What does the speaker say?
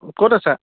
অঁ ক'ত আছা